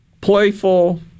playful